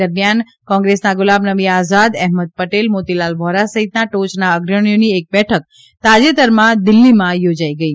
દરમિથાન કોંગ્રેસના ગુલામનબી આઝાદ અહેમદ પટેલ મોતીલાલ વોરા સહિતના ટોચના અગ્રણીઓની એક બેઠક તાજેતરમાં દિલ્ફીમાં યોજાઈ ગઈ